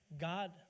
God